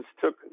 took